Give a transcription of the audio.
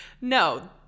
no